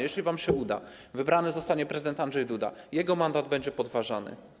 Jeśli wam się uda i wybrany zostanie prezydent Andrzej Duda, jego mandat będzie podważany.